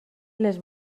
les